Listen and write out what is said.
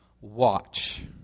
watch